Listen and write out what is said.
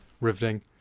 riveting